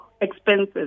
expenses